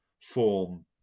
form